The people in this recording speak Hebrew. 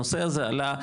הנושא הזה עלה,